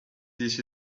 this